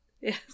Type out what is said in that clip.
Yes